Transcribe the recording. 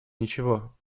ничего